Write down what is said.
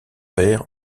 père